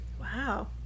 Wow